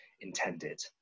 intended